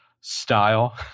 style